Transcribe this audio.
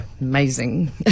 amazing